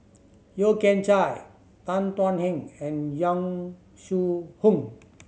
Yeo Kian Chye Tan Thuan Heng and Yong Shu Hoong